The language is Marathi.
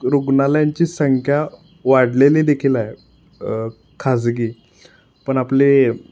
रुग्णालयांची संख्या वाढलेली देखील आहे खाजगी पण आपले